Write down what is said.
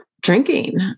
drinking